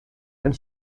and